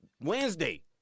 Wednesday